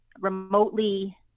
remotely